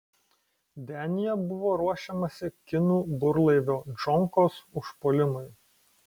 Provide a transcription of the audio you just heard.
denyje buvo ruošiamasi kinų burlaivio džonkos užpuolimui